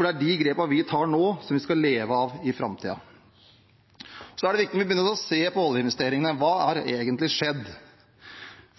Det er de grepene vi tar nå, som vi skal leve av i framtiden. Så er det viktig å se på oljeinvesteringene: Hva har egentlig skjedd?